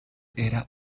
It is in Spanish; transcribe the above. era